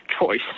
choice